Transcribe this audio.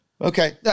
Okay